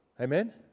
Amen